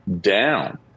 down